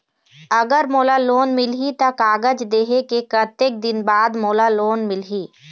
अगर मोला लोन मिलही त कागज देहे के कतेक दिन बाद मोला लोन मिलही?